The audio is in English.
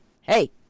hey